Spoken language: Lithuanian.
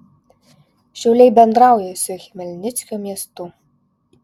šiauliai bendrauja su chmelnickio miestu